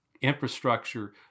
infrastructure